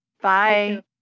Bye